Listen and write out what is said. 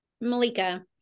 Malika